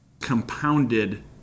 compounded